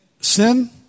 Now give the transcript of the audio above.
Sin